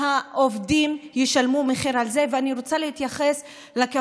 משעה 09:00 לשעה 02:30, התווכחנו,